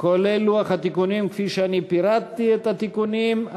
כולל לוח התיקונים, כפי שאני פירטתי את התיקונים.